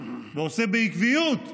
ועושה בעקביות?